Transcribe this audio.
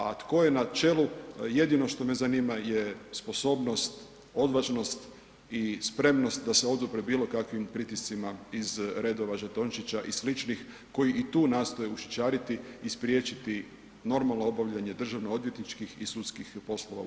A tko je na čelu jedino što me zanima sposobnost, odvažnost i spremnost da se odupre bilo kakvim pritiscima iz redova žetončića i sličnih koji i tu nastoje ušićariti i spriječiti normalno obavljanje državno odvjetničkih i sudskih poslova u Hrvatskoj.